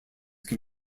can